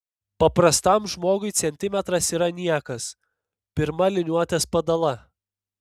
paprastam žmogui centimetras yra niekas pirma liniuotės padala